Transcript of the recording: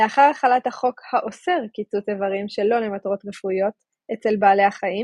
לאחר החלת החוק האוסר קיצוץ איברים שלא למטרות רפואיות אצל בעלי החיים,